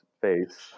face